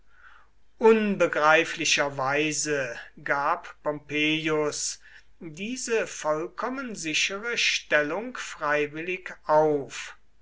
unbegreiflicherweise gab pompeius diese vollkommen sichere stellung freiwillig auf